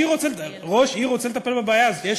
ראש עיר רוצה לטפל בבעיה הזאת.